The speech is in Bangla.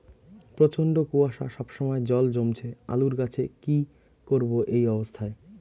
প্রচন্ড কুয়াশা সবসময় জল জমছে আলুর গাছে কি করব এই অবস্থায়?